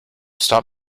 stop